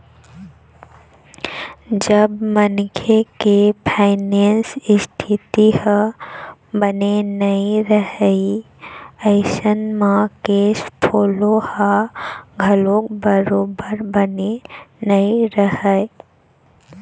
जब मनखे के फायनेंस इस्थिति ह बने नइ रइही अइसन म केस फोलो ह घलोक बरोबर बने नइ रहय